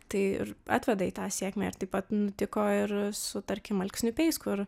tai ir atveda į tą sėkmę ir taip pat nutiko ir su tarkim alksniupiais kur